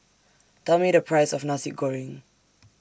Tell Me The Price of Nasi Goreng